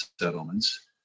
settlements